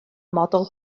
model